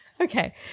Okay